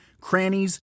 crannies